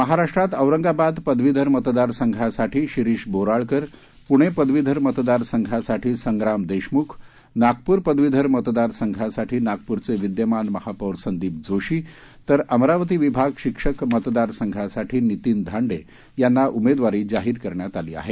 महाराष्ट्रात औरंगाबाद पदवीधर मतदार संघासाठी शिरीष बोराळकर पुणे पदवीधर मतदार संघासाठी संग्राम देशमुख नागपूर पदवीधर मतदार संघासाठी नागपूरचे विद्यमान महापौर संदीप जोशी तर अमरावती विभाग शिक्षक मतदार संघासाठी नितीन धांडे यांना उमेदवारी जाहीर करण्यात आली आहे